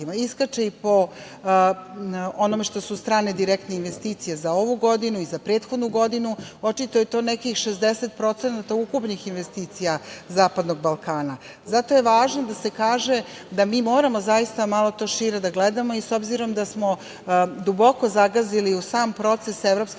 Iskače i po onome što su strane direktne investicije za ovu godinu i za prethodnu godinu. Očito je to nekih 60% ukupnih investicija zapadnog Balkana. Zato je važno da se kaže da moramo malo šire to da gledamo i obzirom da smo duboko zagazili u sam proces evropskih integracija